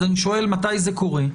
אני שואל מתי זה קורה.